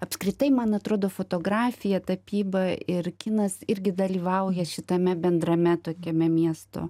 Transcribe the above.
apskritai man atrodo fotografija tapyba ir kinas irgi dalyvauja šitame bendrame tokiame miesto